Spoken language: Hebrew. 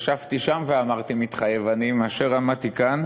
ישבתי שם ואמרתי "מתחייב אני" מאשר עמדתי כאן,